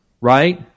right